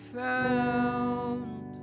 found